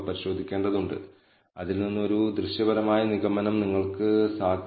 അതുപോലെ β̂1 ന്റെ expected value യഥാർത്ഥ മൂല്യമായ β1 ന് തുല്യമാണെന്ന് നമുക്ക് കാണിക്കാം